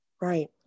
Right